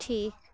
ᱴᱷᱤᱠ